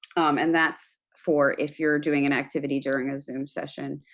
and that's for if you're doing an activity during a zoom session.